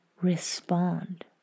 respond